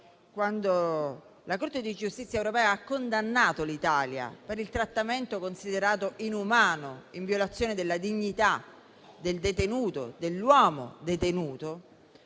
quando la Corte di giustizia europea ha condannato l'Italia per il trattamento considerato inumano, in violazione della dignità dell'uomo detenuto,